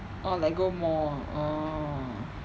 oh like go more ah orh